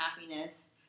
happiness